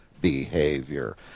behavior